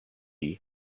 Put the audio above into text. whom